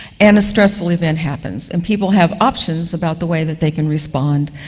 and a stressful event happens, and people have options about the way that they can respond.